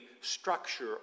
structure